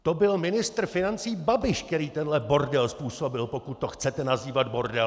To byl ministr financí Babiš, který tenhle bordel způsobil, pokud to chcete nazývat bordelem!